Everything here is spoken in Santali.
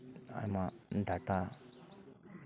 ᱟᱭᱢᱟ ᱰᱟᱴᱟ